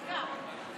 חוק חשוב.